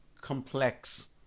complex